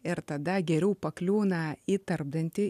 ir tada geriau pakliūna į tarpdantį